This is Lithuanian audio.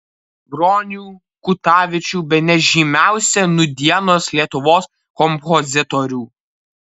bronių kutavičių bene žymiausią nūdienos lietuvos kompozitorių